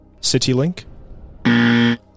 CityLink